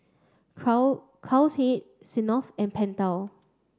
Smirnoff and Pentel